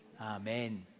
Amen